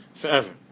forever